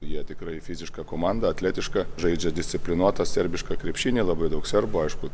jie tikrai fiziška komanda atletiška žaidžia disciplinuotą serbišką krepšinį labai daug serbų aišku